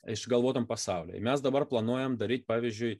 išgalvotam pasauliui mes dabar planuojam daryt pavyzdžiui